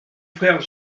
frère